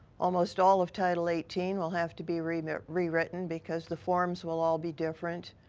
almost all of title eighteen will have to be rewritten rewritten because the forms will all be different.